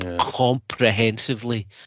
comprehensively